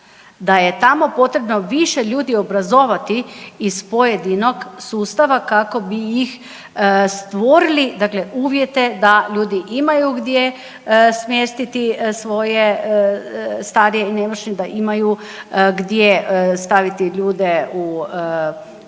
da je tamo potrebno više ljudi obrazovati iz pojedinog sustava kako bi ih stvorili dakle uvjete da ljudi imaju gdje smjestiti svoje starije i nemoćne, da imaju gdje staviti ljude u ili